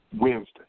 Wednesday